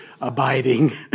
abiding